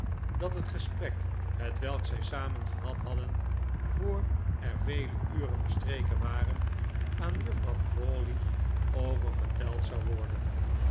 dat het gesprek hetwelk zij samen gehad hadden voor er vele uren verstreken waren aan juffrouw crawley oververteld zou worden